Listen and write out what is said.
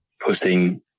putting